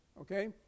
Okay